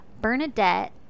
bernadette